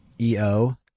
EO